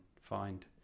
find